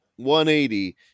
180